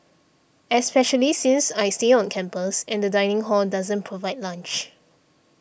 especially since I stay on campus and the dining hall doesn't provide lunch